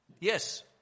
Yes